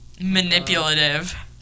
Manipulative